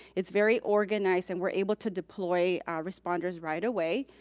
it's very organized and we're able to deploy responders right away.